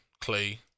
Clay